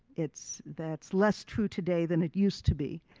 it's, that's less true today than it used to be.